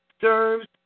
serves